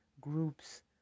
groups